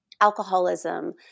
alcoholism